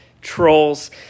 trolls